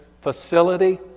facility